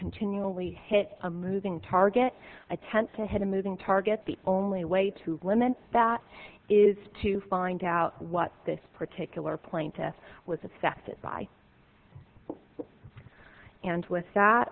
continually hit a moving target attention had a moving target the only way to limit that is to find out what this particular plaintiff was affected by and with that